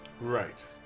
Right